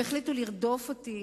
הם החליטו לרדוף אותי.